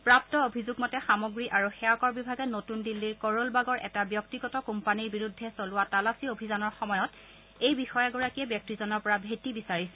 প্ৰাপ্ত অভিযোগমতে সামগ্ৰী আৰু সেৱাকৰ বিভাগে নতুন দিল্লীৰ কৰোলবাগৰ এটা ব্যক্তিগত কোম্পানীৰ বিৰুদ্ধে চলোৱা তালাচী অভিযানৰ সময়ত এই বিষয়াগৰাকীয়ে ব্যক্তিজনৰ পৰা ভেটি বিচাৰিছিল